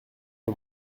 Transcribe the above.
que